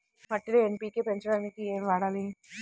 మట్టిలో ఎన్.పీ.కే పెంచడానికి ఏమి వాడాలి?